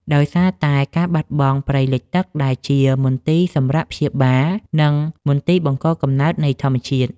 ដោយសារតែការបាត់បង់ព្រៃលិចទឹកដែលជា មន្ទីរសម្រាកព្យាបាល និងមន្ទីរបង្កកំណើត នៃធម្មជាតិ។